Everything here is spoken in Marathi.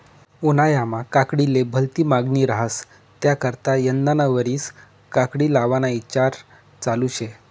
उन्हायामा काकडीले भलती मांगनी रहास त्याकरता यंदाना वरीस काकडी लावाना ईचार चालू शे